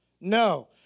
no